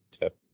tip